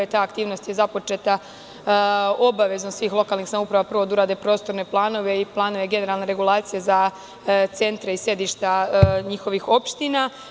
Ta aktivnost je započeta obavezom svih lokalnih samouprava, prvo da urade prostorne planove i planove generalne regulacije za centre i sedišta njihovih opština.